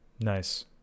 Nice